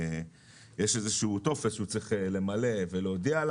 איזשהו טופס שהוא צריך למלא ולהודיע.